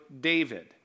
David